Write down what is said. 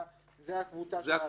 זו הקבוצה שהיושב-ראש דיבר עליה.